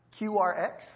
QRX